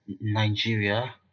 Nigeria